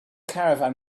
caravan